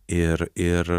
ir ir